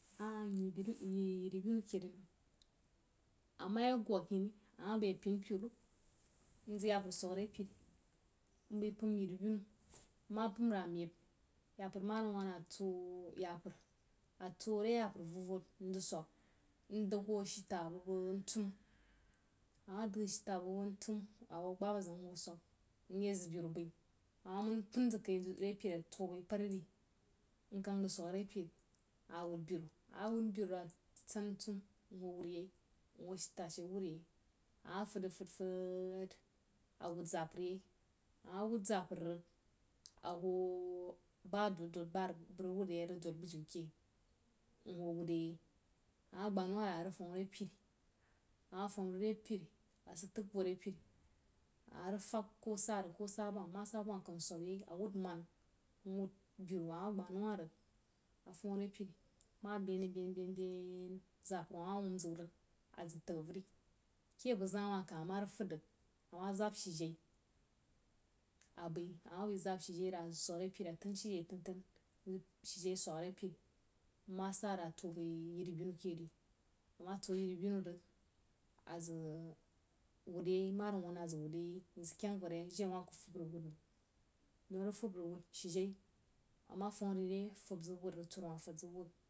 Aah myi yiri-binu kere nəm ama ye gwog hini, an bai a pein pen nzəg zapər swəg re pere mbai pəm yin-binu nma pəm rig a meib zapər ma rig wun rig atuo re zapər a vod-vod mzəg swəg n dəg hwo ashita bəg ntum ama dəg ashita ba bəg ntum hwo gbab zəng mye zəg beru bai ama mən pən zəg kai re pere a tuo bai pari re nkan̄ zəg swəg re peri, a wud beru a wud beru rig a san ntum nhwu wdd yei nhwo ashitu she wud yei au fəd rig-fəd fəd a wud zapər yei ama wud zapər rig a hou ba dod-dod bah bəg rəg wud dod bujiu ke mhwo wure yei ama gbah wa rəg a rəg fəm re peri ama fəm rig re peri a sag təg voh re peri a tag fəg koh sa rig koh sabam, ma sa bəm akəm sub yei awud beru ama gbah nau wa rəg a fam re peri ma bein rlg beīn-beīn bein, zapər la ama wum zau rig a zik tag vari, ke bəg zaá wa kah a ma rig fad rig ama zab shiyei a bai a ma bai zab shijei rəg a zək swəg re peri a tan shijei tan-tan mzəg shijei swəg re peri nma ja rəg a tuo bai yin binu ke ri nma tuo yiri-binu rəg a zəg wud yei ma rig wan rəg a zəg wuru yei n sak kyang voh re yei ge wan rəg a zəg wuru yei nsak kyang voh re yei ge awah ku gab məngi rəg fab rəg wud wud shijei ama fəm re re yei fab ziu aturu wa.